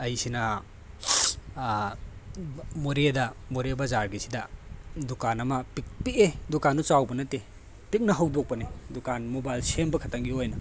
ꯑꯩꯁꯤꯅ ꯃꯣꯔꯦꯗ ꯃꯣꯔꯦ ꯕꯖꯥꯔꯒꯤꯁꯤꯗ ꯗꯨꯀꯥꯟ ꯑꯃ ꯄꯤꯛꯑꯦ ꯗꯨꯀꯥꯟꯗꯨ ꯆꯥꯎꯕ ꯅꯠꯇꯦ ꯄꯤꯛꯅ ꯍꯧꯗꯣꯛꯄꯅꯦ ꯗꯨꯀꯥꯟ ꯃꯣꯕꯥꯏꯜ ꯁꯦꯝꯕ ꯈꯛꯇꯪꯒꯤ ꯑꯣꯏꯅ